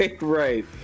right